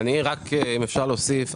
אפשר להוסיף.